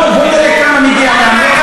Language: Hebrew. בואו נראה כמה מגיע לנו.